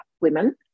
women